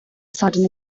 sudden